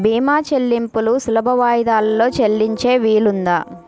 భీమా చెల్లింపులు సులభ వాయిదాలలో చెల్లించే వీలుందా?